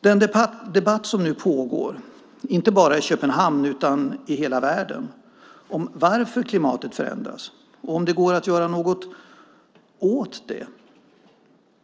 Den debatt som nu pågår inte bara i Köpenhamn utan i hela världen om varför klimatet förändras och om det går att göra något åt det